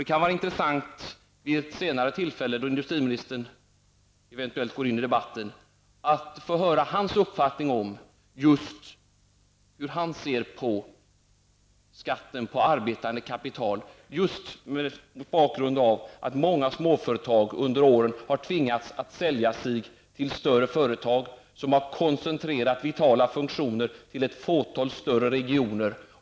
Det kan vara intressant att vid ett senare tillfälle, då industriministern eventuellt går in i debatten, få höra hans uppfattning om skatten på arbetande kapital, mot bakgrund av att många småföretag under åren har tvingats sälja sig till större företag. På detta sätt har vitala funktioner koncentrerats till ett fåtal större regioner.